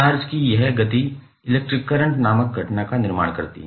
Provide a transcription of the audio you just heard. charge की यह गति इलेक्ट्रिक करंट नामक घटना का निर्माण करती है